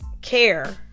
care